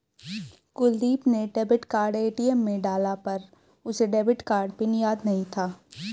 कुलदीप ने debit card ATM में डाला पर उसे डेबिट कार्ड पिन याद नहीं था